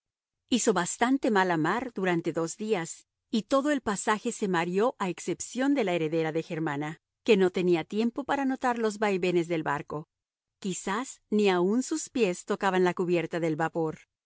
hizo bastante mala mar durante dos días y todo el pasaje se mareó a excepción de la heredera de germana que no tenía tiempo para notar los vaivenes del barco quizás ni aun sus pies tocaban la cubierta del vapor